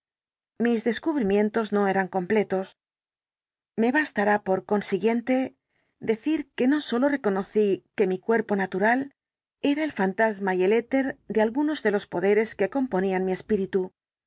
mis descubrimientos no eran completos me bastará por consiguiente decir que no sólo reconocí que mi cuerpo el dr jekyll natural era el fantasma y el éter de algunos de los poderes que componían mi espíritu